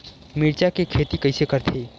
मिरचा के खेती कइसे करथे?